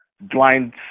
blind